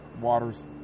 water's